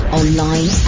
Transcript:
online